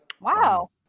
Wow